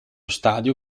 stadio